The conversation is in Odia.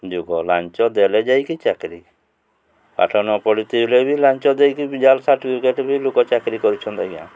ଯୁଗ ଲାଞ୍ଚ ଦେଲେ ଯାଇକି ଚାକିରି ପାଠ ନ ପଢ଼ିଥିଲେ ବି ଲାଞ୍ଚ ଦେଇକି ବି ଜାଲ୍ ସାର୍ଟିଫିକେଟ୍ ବି ଲୋକ ଚାକିରି କରିଛନ୍ତି ଆଜ୍ଞା